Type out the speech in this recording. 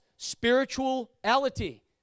Spirituality